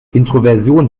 introversion